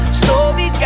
story